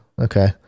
okay